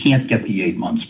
can't get the eight months